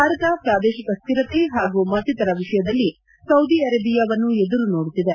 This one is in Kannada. ಭಾರತ ಪ್ರಾದೇಶಿಕ ಸ್ವಿರತೆ ಹಾಗೂ ಮತ್ತಿತರ ವಿಷಯದಲ್ಲಿ ಸೌದಿ ಅರೇಬಿಯಾವನ್ನು ಎದುರು ನೋಡುತ್ತಿದೆ